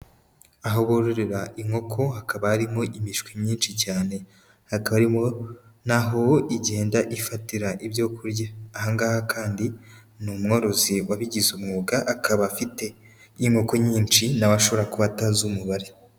Aho bororera inkoko hakaba harimo imishwi myinshi cyane, hakaba harimo naho igenda ifatira ibyo kurya. Aha ngaha kandi ni umworozi wabigize umwuga akaba afite inkoko nyinshi nawe ashobora kuba atazi umubare.